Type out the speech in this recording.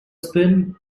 skin